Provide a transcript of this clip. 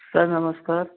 sir नमस्कार